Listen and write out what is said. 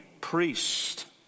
priest